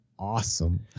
awesome